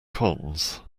cons